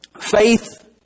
Faith